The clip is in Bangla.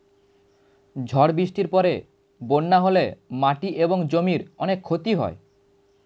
ঝড় বৃষ্টির পরে বন্যা হলে মাটি এবং জমির অনেক ক্ষতি হয়